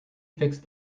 fixed